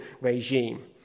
regime